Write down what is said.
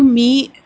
meet